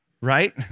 right